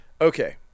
okay